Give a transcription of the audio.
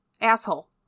Asshole